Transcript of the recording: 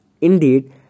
Indeed